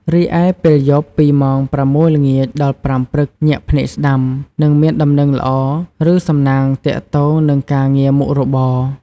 រីឯ ពេលយប់ ពីម៉ោង ៦ ល្ងាច ដល់ ៥ ព្រឹក ញាក់ភ្នែកស្តាំ នឹងមានដំណឹងល្អ ឬសំណាងទាក់ទងនឹងការងារមុខរបរ។